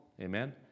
Amen